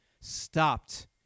stopped